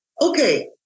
Okay